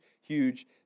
huge